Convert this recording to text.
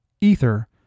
Ether